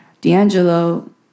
D'Angelo